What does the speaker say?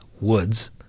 Woods